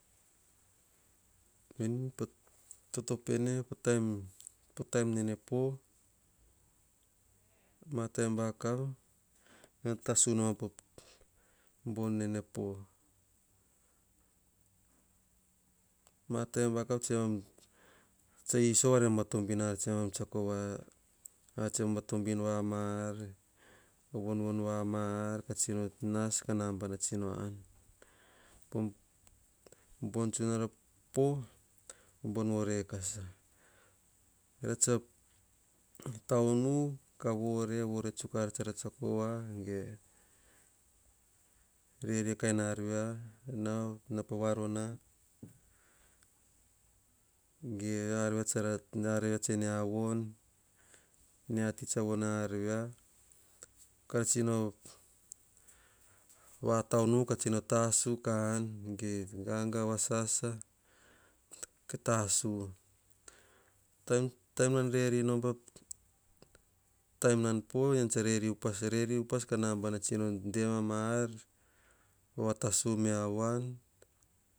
Vene patoto pene, po tam nene po. Ma taim vakav nene tatsu bon nene po. Ma taim vakavu tsema iso kava tobin voa ma ar von vua ma ar. Ka tsino nas kanaba tsino an. Bon tsunara po o bon tsuna vorekasa. Keara tsa taunu kavore tsuk ar tsara tsiako voa. Rerei ka kain ar via nao. Nao pavarona ge arvia tsemia von. Mia ti isa von ar via, kara tsino vataunu ka tasu ka an. Gegagavasasa katasu, taim nan reri nom po taim nan po. Ean tsa reri upas, reri upas ka nambana tsino dema ma ar vatasu mea avoan.